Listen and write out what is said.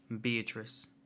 Beatrice